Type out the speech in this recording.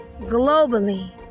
globally